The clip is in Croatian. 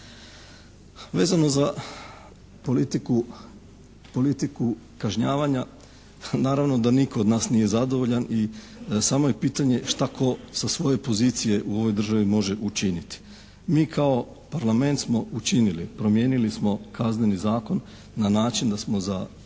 Vezano za politiku kažnjavanja. Naravno da nitko od nas nije zadovoljan i da smo je pitanje šta tko sa svoje pozicije u ovoj državi može učiniti? Mi kao Parlament smo učinili. Promijenili smo Kazneni zakon na način da smo za cijeli